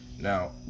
Now